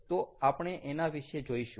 તો આપણે એના વિશે જોઈશું